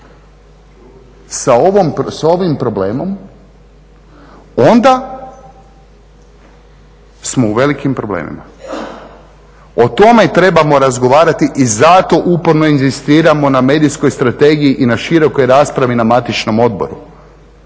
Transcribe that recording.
sa ovim problemom, onda smo u velikim problemima. O tome trebamo razgovarati i zato uporno inzistiramo na medijskom strategiji i na širokoj raspravi na matičnom odboru.